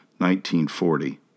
1940